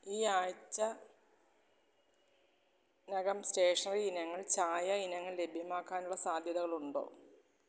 ഈ ആഴ്ച്ച അകം സ്റ്റേഷ്ണറി ഇനങ്ങൾ ചായ ഇനങ്ങൾ ലഭ്യമാക്കാനുള്ള സാധ്യതകളുണ്ടോ